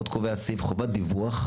עוד קובע הסעיף, חובת דיווח.